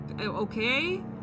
okay